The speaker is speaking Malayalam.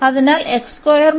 അതിനാൽ 0 ന് തുല്യമാണ്